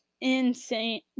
insane